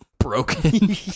broken